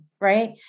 right